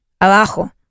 Abajo